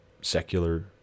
secular